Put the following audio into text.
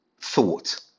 thought